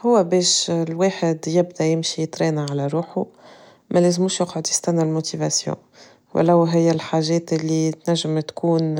هو باش الواحد يبدا يمشي تراين على روحو مالزموش يقعد يستنى الموتيفاسيو، ولو هي الحاجات اللي تنجم تكون